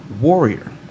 Warrior